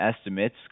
estimates